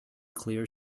clear